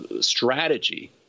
strategy